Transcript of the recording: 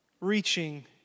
reaching